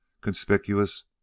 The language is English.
conspicuous